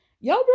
y'all